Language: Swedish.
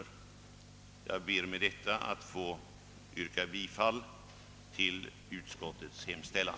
Jag ber med detta att få yrka bifall till utskottets hemställan.